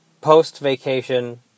post-vacation